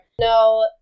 No